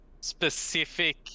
specific